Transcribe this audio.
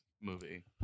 movie